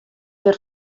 hjir